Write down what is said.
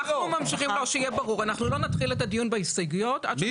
המשטרה שותפה מלאה, לא רק המשטרה, גם